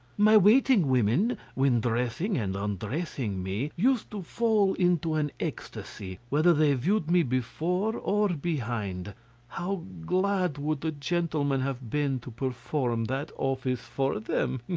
my waiting women, when dressing and undressing me, used to fall into an ecstasy, whether they viewed me before or behind how glad would the gentlemen have been to perform that office for them!